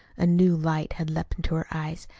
a new light had leaped to her eyes.